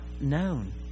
known